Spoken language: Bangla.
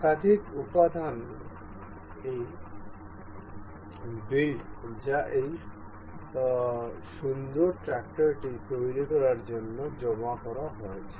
একাধিক উপাদানের এই বিল্ড যা এই সুন্দর ট্র্যাক্টরটি তৈরি করার জন্য জমা করা হয়েছে